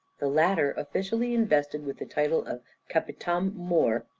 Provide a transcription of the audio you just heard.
the latter officially invested with the title of capitam mor,